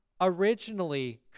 originally